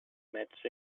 match